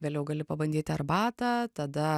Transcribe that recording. vėliau gali pabandyti arbatą tada